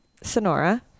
Sonora